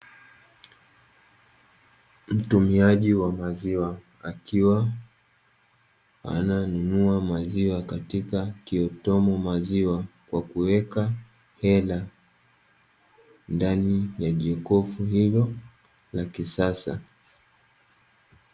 Mtumiaji wa maziwa akiwa ananunua maziwa katika kiotomu maziwa, kwa kuweka hela ndani ya jokofu hilo la kisasa.